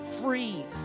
free